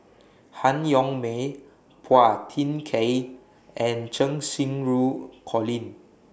Han Yong May Phua Thin Kiay and Cheng Xinru Colin